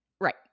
Right